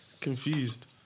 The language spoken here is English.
Confused